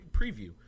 preview